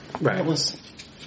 Right